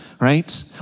Right